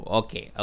okay